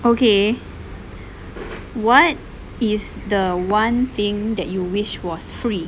okay what is the one thing that you wish was free